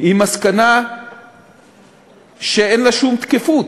היא מסקנה שאין לה שום תקפות.